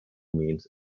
means